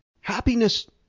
Happiness